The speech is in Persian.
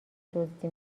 دزدی